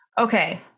okay